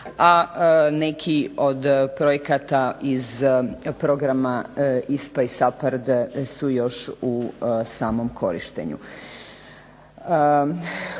a neki od projekata iz programa ISPA i SAPARD su još u samom korištenju.